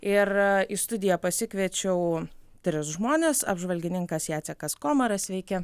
ir į studiją pasikviečiau tris žmones apžvalgininkas jacekas komaras sveiki